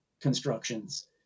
constructions